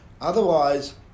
Otherwise